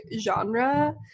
genre